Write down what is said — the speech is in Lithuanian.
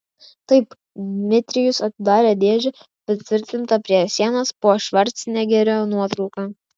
taip dmitrijus atidarė dėžę pritvirtintą prie sienos po švarcnegerio nuotrauka